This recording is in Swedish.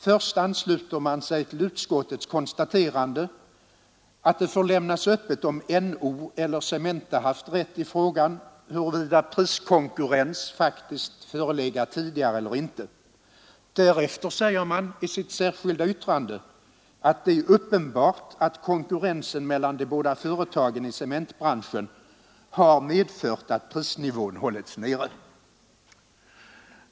Först ansluter man sig till utskottets konstaterande att det får lämnas öppet om NO eller Cementa haft rätt i frågan om huruvida priskonkurrens faktiskt förelegat tidigare eller inte. Därefter säger man i sitt särskilda yttrande att ”det är uppenbart att konkurrensen mellan de båda företagen i cementbranschen har medfört att prisnivån hållits nere”.